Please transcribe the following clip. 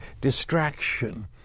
distraction